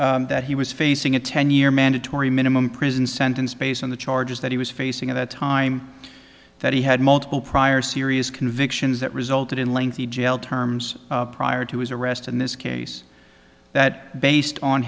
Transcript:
including that he was facing a ten year mandatory minimum prison sentence based on the charges that he was facing at that time that he had multiple prior serious convictions that resulted in lengthy jail terms prior to his arrest in this case that based on